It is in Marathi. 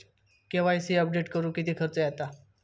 के.वाय.सी अपडेट करुक किती खर्च येता?